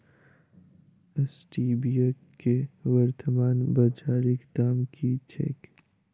Stevia केँ वर्तमान बाजारीक दाम की छैक?